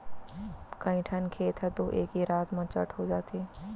कइठन खेत ह तो एके रात म चट हो जाथे